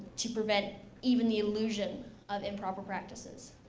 to prevent even the illusion of improper practices.